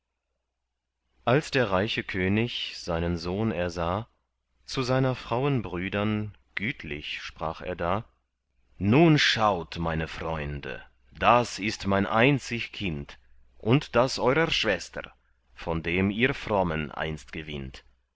als der reiche könig seinen sohn ersah zu seiner frauen brüdern gütlich sprach er da nun schaut meine freunde das ist mein einzig kind und das eurer schwester von dem ihr frommen einst gewinnt